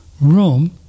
room